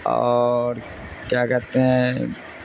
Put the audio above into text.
اور کیا کہتے ہیں